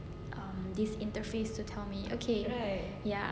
um this interface to tell me okay ya